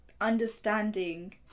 understanding